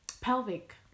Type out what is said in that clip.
pelvic